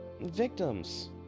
Victims